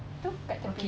tu kat tepi